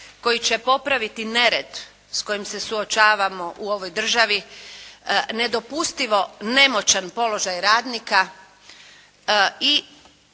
koji će popraviti nered s kojim se suočavamo u ovoj državi nedopustivo nemoćan položaj radnika i